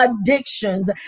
addictions